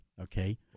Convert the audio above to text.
Okay